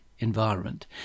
environment